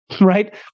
right